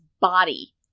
body